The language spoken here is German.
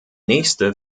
nächste